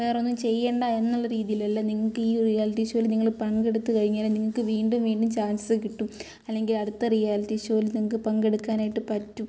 വേറെയൊന്നും ചെയ്യേണ്ട എന്നുള്ള രീതിയിലല്ല നിങ്ങൾക്ക് ഈ ഒരു റിയാലിറ്റി ഷോയിൽ നിങ്ങൾ പങ്കെടുത്ത് കഴിഞ്ഞാൽ നിങ്ങൾക്ക് വീണ്ടും വീണ്ടും ചാൻസ് കിട്ടും അല്ലെങ്കിൽ അടുത്ത റിയാലിറ്റി ഷോയിൽ നിങ്ങൾക്ക് പങ്കെടുക്കാനായിട്ട് പറ്റും